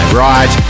right